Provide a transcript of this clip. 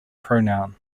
pronoun